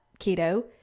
keto